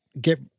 get